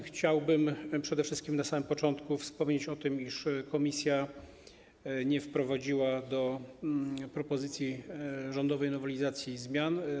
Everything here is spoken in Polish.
Chciałbym przede wszystkim na samym początku wspomnieć o tym, iż komisja nie wprowadziła do propozycji rządowej nowelizacji zmian.